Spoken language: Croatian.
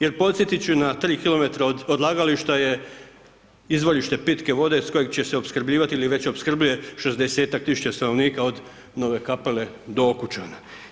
Jer podsjetiti ću na 3 km odlagališta je izvorište pitke s kojeg će se opskrbljivati ili već opskrbljuje 60-tak tisuća stanovnika od Nove Kapele do Okućana.